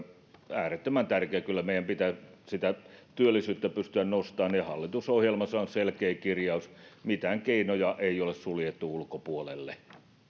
äärettömän tärkeää kyllä meidän pitää työllisyyttä pystyä nostamaan ja hallitusohjelmassa on selkeä kirjaus mitään keinoja ei ole suljettu ulkopuolelle